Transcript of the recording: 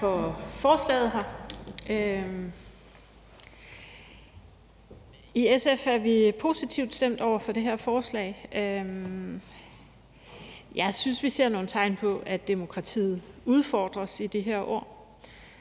Tak for forslaget her. I SF er vi positivt stemt over for det her forslag. Jeg synes, vi ser nogle tegn på, at demokratiet udfordres i de her år.